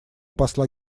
посла